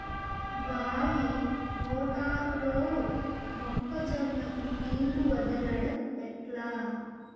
బాయి మోటారు లో మొక్క జొన్నకు నీళ్లు వదలడం ఎట్లా?